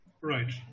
Right